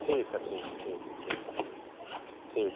ठीक है ठीक ठीक ठीक ठीक